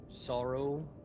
sorrow